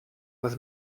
with